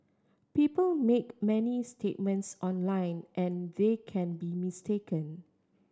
people make many statements online and they can be mistaken